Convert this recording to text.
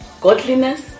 Godliness